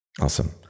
Awesome